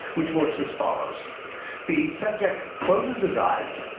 which works as follows the subject closes his eyes,